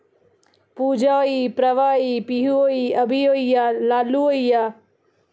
पूजा होई प्रभा होई पीहू होई अभी होइया लालू होइया